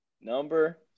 number